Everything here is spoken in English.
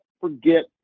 forget